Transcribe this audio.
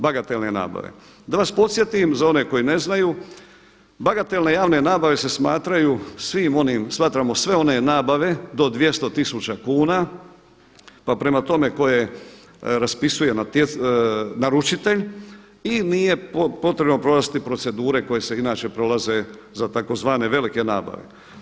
Da vas podsjetim za one koji ne znaju bagatelne javne nabave se smatraju svim onim, smatramo sve one nabave do 200 tisuća kuna pa prema tome koje raspisuje naručitelj i nije potrebno provesti procedure koje se inače prolaze za tzv. velike nabave.